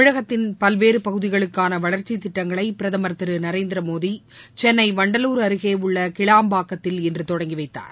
தமிழகத்தின் பல்வேறு பகுதிகளுக்கான வளர்ச்சித் திட்டங்களை பிரதமர் திரு நரேந்திர மோடி சென்னை வண்டலூர் அருகேயுள்ள கிளாம்பாக்கத்தில் இன்று தொடங்கி வைத்தார்